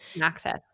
access